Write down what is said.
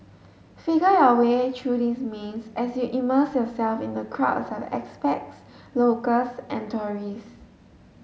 figure your way through this maze as you immerse yourself in the crowds expats locals and tourists